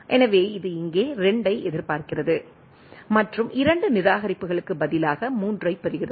எனவே இது இங்கே 2 ஐ எதிர்பார்க்கிறது மற்றும் 2 நிராகரிப்புகளுக்கு பதிலாக 3 ஐப் பெறுகிறது